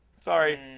Sorry